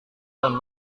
dan